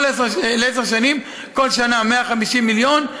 כל שנה 150 מיליון,